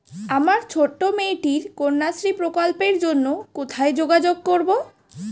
আমার ছোট্ট মেয়েটির কন্যাশ্রী প্রকল্পের জন্য কোথায় যোগাযোগ করব?